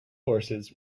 horses